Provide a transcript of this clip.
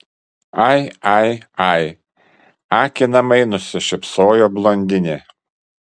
ai ai ai akinamai nusišypsojo blondinė